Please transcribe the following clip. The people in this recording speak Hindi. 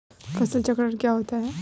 फसल चक्रण क्या होता है?